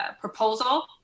proposal